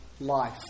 life